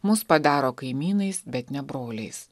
mus padaro kaimynais bet ne broliais